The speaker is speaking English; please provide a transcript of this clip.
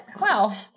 Wow